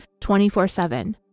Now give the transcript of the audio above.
24-7